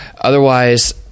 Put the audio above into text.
otherwise